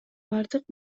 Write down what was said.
бардык